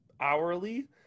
hourly